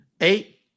Eight